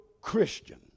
Christian